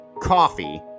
coffee